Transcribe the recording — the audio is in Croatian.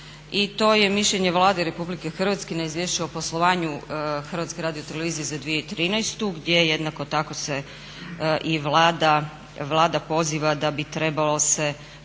i to je mišljenje Vlade RH na Izvješće o poslovanju Hrvatske radiotelevizije za 2013. gdje jednako tako se i Vlada poziva da bi trebalo se